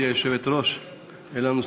הצעת החוק הבאה: